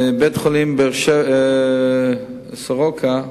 בית-החולים "סורוקה"